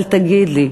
אבל תגיד לי,